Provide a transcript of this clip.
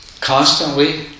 constantly